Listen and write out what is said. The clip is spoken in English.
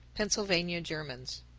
pennsylvania germans.